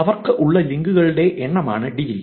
അവർക്ക് ഉള്ള ലിങ്കുകളുടെ എണ്ണമാണ് ഡിഗ്രി